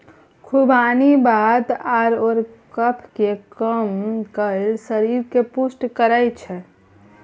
खुबानी वात आओर कफकेँ कम कए शरीरकेँ पुष्ट करैत छै